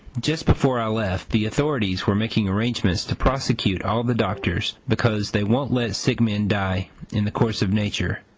just before i left, the authorities were making arrangements to prosecute all the doctors, because they won't let sick men die in the course of nature,